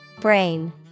Brain